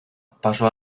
pasó